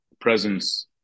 presence